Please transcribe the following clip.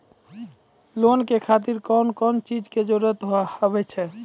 Loan के खातिर कौन कौन चीज के जरूरत हाव है?